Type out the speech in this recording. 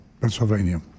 Pennsylvania